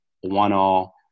one-all